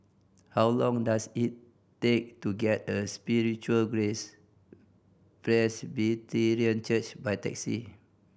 how long does it take to get a Spiritual Grace Presbyterian Church by taxi